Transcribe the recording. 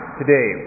today